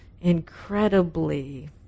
incredibly